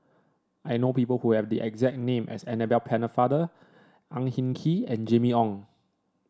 I know people who have the exact name as Annabel Pennefather Ang Hin Kee and Jimmy Ong